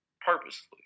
Purposely